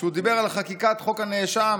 כשהוא דיבר על חקיקת חוק הנאשם,